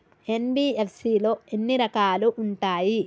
NBFC లో ఎన్ని రకాలు ఉంటాయి?